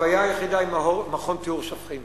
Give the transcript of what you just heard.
הבעיה היחידה היא מכון טיהור שופכין.